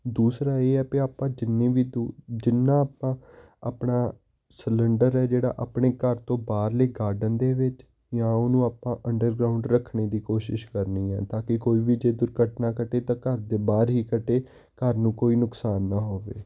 ਦੂਸਰਾ ਇਹ ਹੈ ਵੀ ਆਪਾਂ ਜਿੰਨੀ ਵੀ ਦੂਰ ਜਿੰਨਾ ਆਪਾਂ ਆਪਣਾ ਸਲੰਡਰ ਹੈ ਜਿਹੜਾ ਆਪਣੇ ਘਰ ਤੋਂ ਬਾਹਰਲੇ ਗਾਰਡਨ ਦੇ ਵਿੱਚ ਜਾਂ ਉਹਨੂੰ ਆਪਾਂ ਅੰਡਰਗਰਾਊਂਡ ਰੱਖਣ ਦੀ ਕੋਸ਼ਿਸ਼ ਕਰਨੀ ਹੈ ਤਾਂ ਕਿ ਕੋਈ ਵੀ ਜੇ ਦੁਰਘਟਨਾ ਘਟੇ ਤਾਂ ਘਰ ਦੇ ਬਾਹਰ ਹੀ ਘਟੇ ਘਰ ਨੂੰ ਕੋਈ ਨੁਕਸਾਨ ਨਾ ਹੋਵੇ